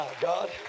God